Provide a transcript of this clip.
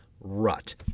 rut